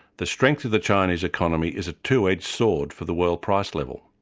the strength of the chinese economy is a two-edged sword for the world price level.